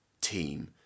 team